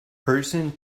person